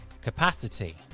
capacity